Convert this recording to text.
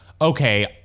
okay